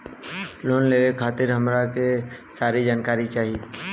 Loan लेवे खातीर हमरा के सारी जानकारी चाही?